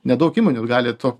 nedaug įmonių gali tuo